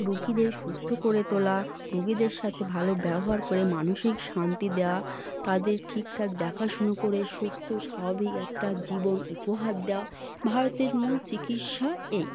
রোগীদের সুস্থ করে তোলা রোগীদের সাথে ভালো ব্যবহার করে মানসিক শান্তি দেওয়া তাদের ঠিকঠাক দেখাশুনো করে সুস্থ স্বাভাবিক একটা জীবন উপহার দেওয়া ভারতের মূল চিকিৎসা এই